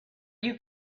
you